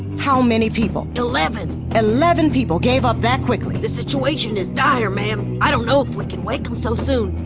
how many people? eleven eleven people gave up that quickly? the situation is dire, ma'am. i don't know if we can wake em so soon